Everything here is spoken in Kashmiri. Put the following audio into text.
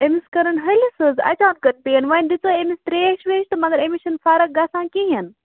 أمِس کٔرٕن ہلِس حظ اچانٛکَن پین وۅنۍ دِژٲے أمِس ترٛیش ویش تہٕ مگر أمِس چھَنہٕ فرق گَژھان کِہیٖنٛۍ